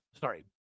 Sorry